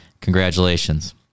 Congratulations